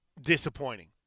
disappointing